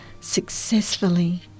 Successfully